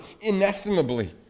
inestimably